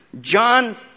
John